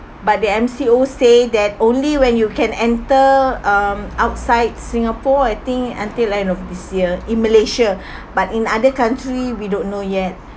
but the M_C_O at that only when you can enter um outside singapore I think until end of this year in malaysia but in other country we don't know yet